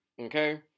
Okay